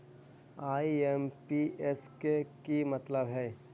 IMPS के कि मतलब है?